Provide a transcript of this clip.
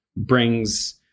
brings